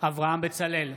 אברהם בצלאל,